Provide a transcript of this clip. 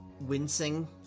wincing